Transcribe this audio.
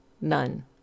none